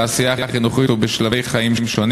בעשייה החינוכית ובשלבי חיים שונים